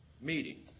meeting